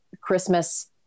Christmas